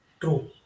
True